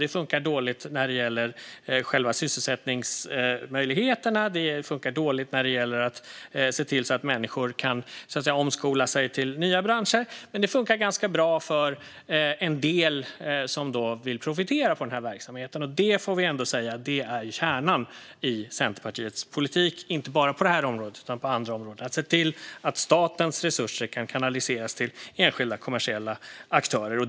Det som funkar dåligt är själva sysselsättningsmöjligheterna. Det funkar också dåligt när man ska se till att människor kan omskola sig till nya branscher. Det funkar dock ganska bra för en del som vill profitera på den här verksamheten, och det är ju ändå kärnan i Centerpartiets politik. Det gäller inte bara inom detta område, utan man vill att statens resurser ska kunna kanaliseras till enskilda kommersiella aktörer.